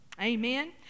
Amen